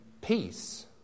peace